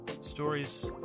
Stories